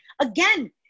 again